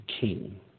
king